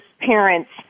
parents